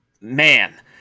man